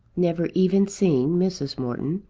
never even seeing mrs. morton,